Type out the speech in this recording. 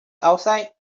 outside